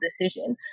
decision